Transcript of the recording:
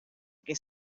que